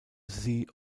sie